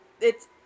it's-